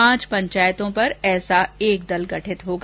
पांच पंचायतों पर ऐसा एक दल गठित होगा